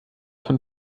von